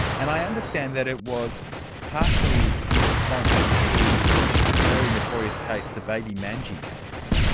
and i understand that it was partially in response to a very notorious case, the baby manji case.